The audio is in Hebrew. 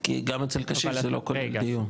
כי גם אצל קשיש זה לא כולל דיור.